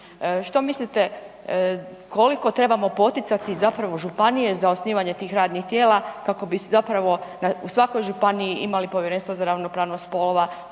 Što mislite koliko trebamo poticati zapravo županije za osnivanje tih radnih tijela kako bi zapravo u svakoj županiji imali povjerenstvo za ravnopravnost spolova